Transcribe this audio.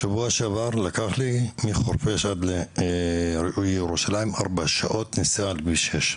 בשבוע שעבר לקח לי מחורפיש עד לירושלים 4 שעות נסיעה על כביש 6,